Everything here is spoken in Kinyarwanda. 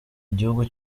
igihugu